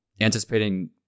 anticipating